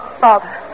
Father